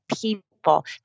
people